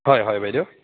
হয় হয় বাইদেউ